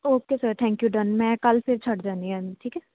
okay sir thank you done ਮੈਂ ਕੱਲ੍ਹ ਫਿਰ ਛੱਡ ਜਾਂਦੀ ਹਾਂ ਇਹਨੂੰ ਠੀਕ ਹੈ